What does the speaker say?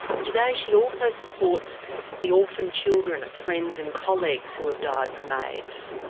and today she also supports the orphaned children of friends and colleagues who have died from aids.